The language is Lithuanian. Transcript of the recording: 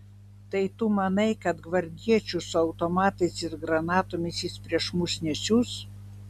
tai tu manai kad gvardiečių su automatais ir granatomis jis prieš mus nesiųs